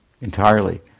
entirely